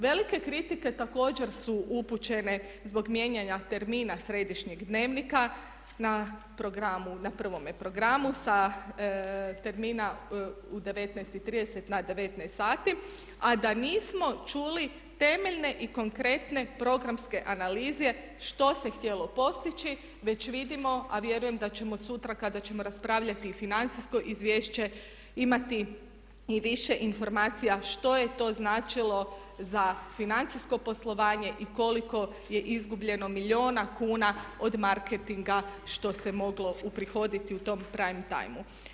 Velike kritike također su upućene zbog mijenjanja termina središnjeg dnevnika na prvome programu sa termina u 19,30 na 19,00 sati a da nismo čuli temeljne i konkretne programske analize što se hitjelo postići već vidimo a vjerujem da ćemo sutra kada ćemo raspravljati i financijsko izvješće imati i više informacija što je to značilo za financijsko poslovanje i koliko je izgubljeno milijuna kuna od marketinga što se moglo uprihoditi u tom prime time.